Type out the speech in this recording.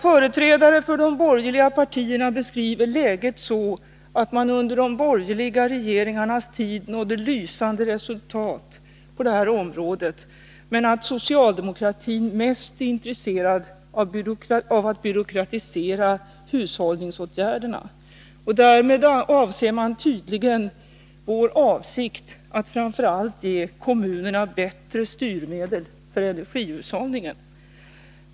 Företrädare för de borgerliga partierna beskriver läget så, att man under de borgerliga regeringarnas tid nådde lysande resultat på detta område, men att socialdemokratin mest är intresserad av att byråkratisera hushållningsåtgärderna. Därmed avser man tydligen vår avsikt att framför allt ge kommunerna bättre styrmedel för energihushållningen.